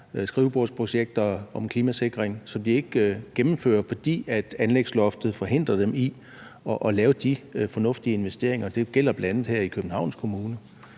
skrivebordsprojekter om klimasikring, som de ikke gennemfører, fordi anlægsloftet forhindrer dem i at lave de fornuftige investeringer. Det gælder bl.a. her i Københavns Kommune.